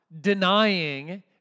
denying